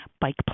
bike